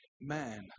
man